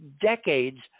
decades